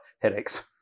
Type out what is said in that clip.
headaches